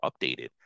updated